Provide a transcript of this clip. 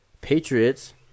Patriots